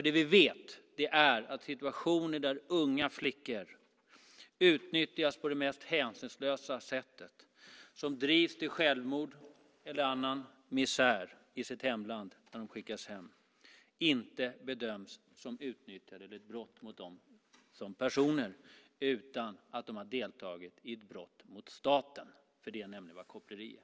Det vi vet är att situationer där unga flickor utnyttjas på det mest hänsynslösa sätt och drivs till självmord eller annan misär i sitt hemland när de skickas tillbaka inte bedöms som ett brott mot dem som personer, utan man bedömer det som att de har deltagit i ett brott mot staten. Det är nämligen vad koppleri är.